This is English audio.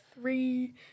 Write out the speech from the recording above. three